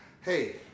Hey